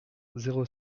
zéro